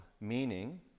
meaning